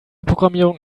programmierung